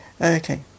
Okay